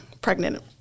pregnant